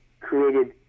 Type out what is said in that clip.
created